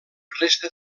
resta